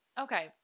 Okay